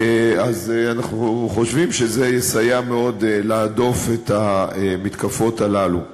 אנחנו חושבים שזה יסייע מאוד להדוף את המתקפות האלה.